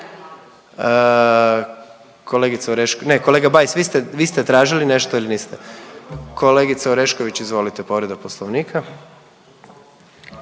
kazala ministrica. Kolega Bajs vi ste tražili nešto ili niste. Kolegice Orešković izvolite povreda poslovnika.